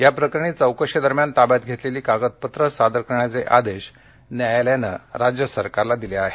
या प्रकरणी चौकशीदरम्यान ताब्यात घेतलेली कागदपत्रं सादर करण्याचे आदेश न्यायालयानं राज्य सरकारला दिले आहेत